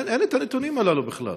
אין הנתונים האלה בכלל.